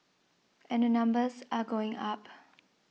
and the numbers are going up